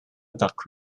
duck